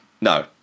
No